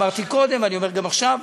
אמרתי קודם, אני אומר גם עכשיו,